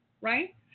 Right